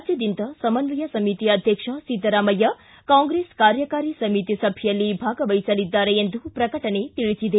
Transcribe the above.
ರಾಜ್ಯದಿಂದ ಸಮನ್ನಯ ಸಮಿತಿ ಅಧ್ಯಕ್ಷ ಸಿದ್ದರಾಮಯ್ಯ ಕಾಂಗ್ರೆಸ್ ಕಾರ್ಯಕಾರಿ ಸಮಿತಿ ಸಭೆಯಲ್ಲಿ ಭಾಗವಹಿಸಲಿದ್ದಾರೆ ಎಂದು ಪ್ರಕಟಣೆ ತಿಳಿಸಿದೆ